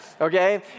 okay